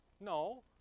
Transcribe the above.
No